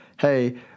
hey